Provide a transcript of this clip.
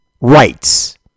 rights